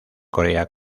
corea